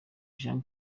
jean